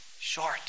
short